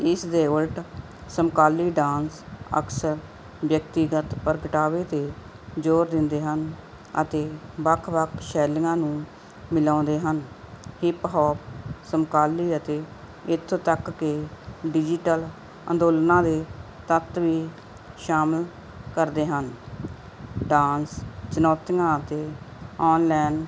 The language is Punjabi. ਇਸ ਦੇ ਉਲਟ ਸਮਕਾਲੀ ਡਾਂਸ ਅਕਸਰ ਵਿਅਕਤੀਗਤ ਪ੍ਰਗਟਾਵੇ 'ਤੇ ਜ਼ੋਰ ਦਿੰਦੇ ਹਨ ਅਤੇ ਵੱਖ ਵੱਖ ਸ਼ੈਲੀਆਂ ਨੂੰ ਮਿਲਾਉਂਦੇ ਹਨ ਹੀਪ ਹੋਪ ਸਮਕਾਲੀ ਅਤੇ ਇੱਥੋਂ ਤੱਕ ਕਿ ਡਿਜੀਟਲ ਅੰਦੋਲਨਾਂ ਦੇ ਤੱਤ ਵੀ ਸ਼ਾਮਿਲ ਕਰਦੇ ਹਨ ਡਾਂਸ ਚੁਣੌਤੀਆਂ ਅਤੇ ਓਨਲਾਈਨ